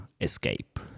escape